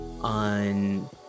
on